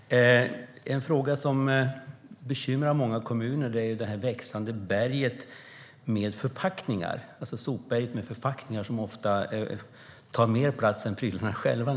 Herr talman! En fråga som bekymrar många kommuner är det växande sopberget med förpackningar, som ofta tar mer plats än prylarna själva.